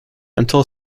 until